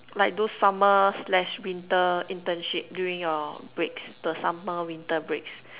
like those summer slash winter internship during your breaks the summer winter breaks